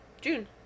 June